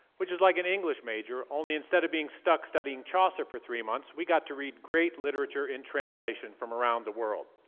which is like an english major, only instead of being stuck studying chaucer for three months, we got to read great literature in translation from around the world.